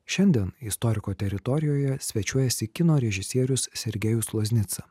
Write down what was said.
šiandien istoriko teritorijoje svečiuojasi kino režisierius sergejus loznica